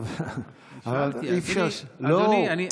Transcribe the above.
חבר הכנסת, אי-אפשר, אני שאלתי, אדוני.